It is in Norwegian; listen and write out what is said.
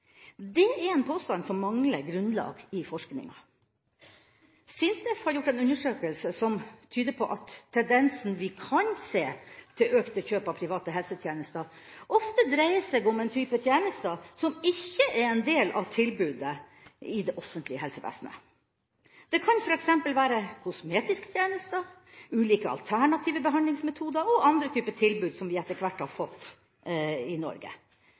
Det er en påstand som mangler grunnlag i forskning. SINTEF har gjort en undersøkelse som tyder på at tendensen vi kan se til økte kjøp av private helsetjenester, ofte dreier seg om en type tjenester som ikke er en del av tilbudet i det offentlige helsevesenet. Det kan f.eks. være kosmetiske tjenester, ulike alternative behandlingsmetoder og andre typer tilbud som vi etter hvert har fått i Norge.